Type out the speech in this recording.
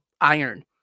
Iron